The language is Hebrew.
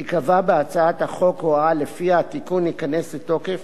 תיקבע בהצעת החוק הוראה שלפיה התיקון ייכנס לתוקף